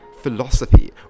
philosophy